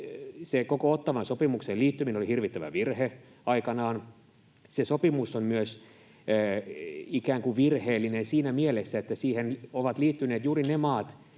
koko Ottawan sopimukseen liittyminen oli hirvittävä virhe aikanaan. Se sopimus on myös ikään kuin virheellinen siinä mielessä, että siihen ovat liittyneet juuri ne maat,